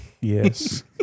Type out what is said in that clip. Yes